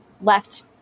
left